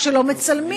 או כשלא מצלמים.